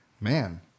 Man